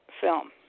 film